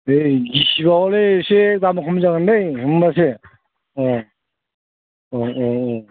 दे गिसिबा हले एसे दाम खम जागोनलै अ अ अ